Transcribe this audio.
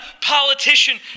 politician